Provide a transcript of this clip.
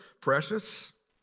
precious